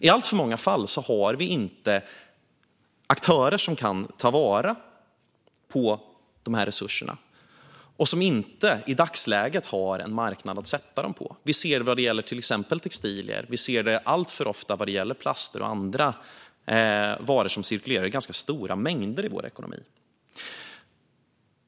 I alltför många fall har vi inte några aktörer som kan ta vara på de här resurserna, och de har i dagsläget inte någon marknad att sätta dem på. Vi ser det vad gäller till exempel textilier, och vi ser det alltför ofta vad gäller plaster och andra varor som cirkulerar i ganska stora mängder i vår ekonomi.